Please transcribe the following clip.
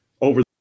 over